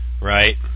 Right